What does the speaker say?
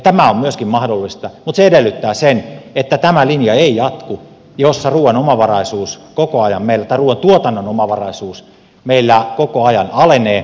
tämä on myöskin mahdollista mutta se edellyttää sitä että tämä linja ei jatku jossa ruuan omavaraisuus koko ajan merta nuo ruuantuotannon omavaraisuus meillä koko ajan alenee